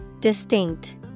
Distinct